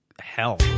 hell